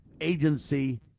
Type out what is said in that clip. Agency